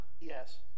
Yes